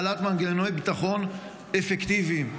בעלת מנגנוני ביטחון אפקטיביים.